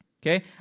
Okay